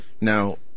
Now